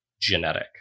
genetic